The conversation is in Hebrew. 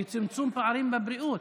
בצמצום פערים בבריאות.